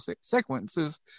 sequences